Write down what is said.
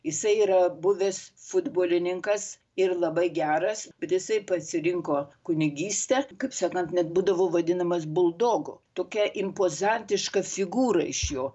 jisai yra buvęs futbolininkas ir labai geras bet jisai pasirinko kunigystę kaip sakant net būdavo vadinamas buldogu tokia impozantiška figūra iš jo